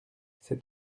c’est